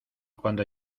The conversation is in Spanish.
cuando